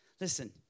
listen